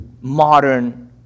modern